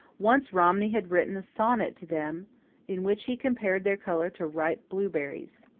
once romney had written a sonnet to them in which he compared their colour to ripe blueberries.